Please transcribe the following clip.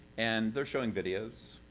and they're showing videos.